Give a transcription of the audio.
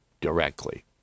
directly